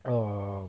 err